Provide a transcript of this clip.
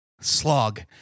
slog